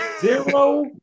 Zero